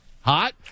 Hot